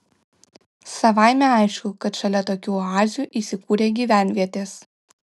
savaime aišku kad šalia tokių oazių įsikūrė gyvenvietės